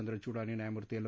चंद्रचूड आणि न्यायमूर्ती एल